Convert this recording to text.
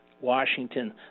Washington